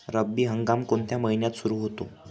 रब्बी हंगाम कोणत्या महिन्यात सुरु होतो?